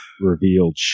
revealed